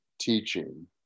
teaching